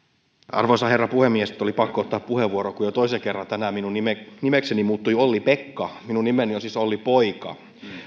arvoisa herra puhemies oli pakko ottaa puheenvuoro kun jo toisen kerran tänään minun nimekseni muuttui olli pekka minun nimeni on siis olli poika